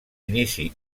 inici